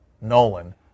Nolan